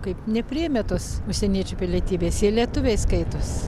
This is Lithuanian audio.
kaip nepriėmė tos užsieniečių pilietybės jie lietuviai skaitos